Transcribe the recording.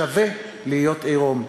שווה להיות עירום.